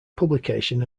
publication